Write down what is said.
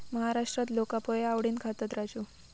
महाराष्ट्रात लोका पोहे आवडीन खातत, राजू